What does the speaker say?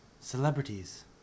celebrities